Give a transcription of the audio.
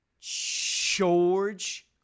George